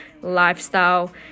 lifestyle